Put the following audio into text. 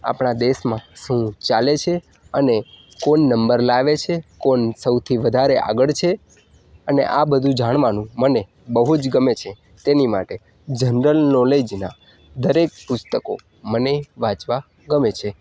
આપણા દેશમાં શું ચાલે છે અને કોણ નંબર લાવે છે કોણ સૌથી વધારે આગળ છે અને આ બધું જાણવાનું મને બહું જ ગમે છે તેની માટે જનરલ નોલેજનાં દરેક પુસ્તકો મને વાંચવા ગમે છે